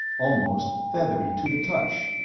almost feathery to the touch.